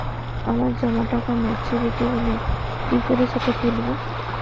আমার জমা টাকা মেচুউরিটি হলে কি করে সেটা তুলব?